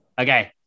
okay